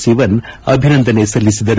ಸಿವನ್ ಅಭಿನಂದನೆ ಸಲ್ಲಿಸಿದರು